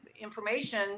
information